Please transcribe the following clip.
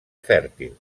fèrtil